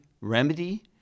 remedy